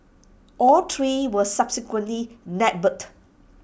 all three were subsequently nabbed